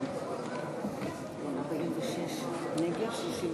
אספקת מים לבעלי-חיים משוטטים),